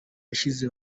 yashyize